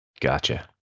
Gotcha